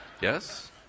Yes